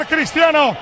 Cristiano